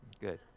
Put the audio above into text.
Good